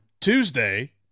Tuesday